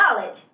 knowledge